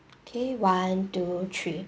okay one two three